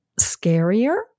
scarier